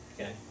Okay